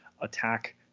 attack